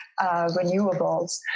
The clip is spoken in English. renewables